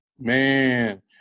Man